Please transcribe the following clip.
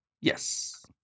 Yes